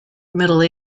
middle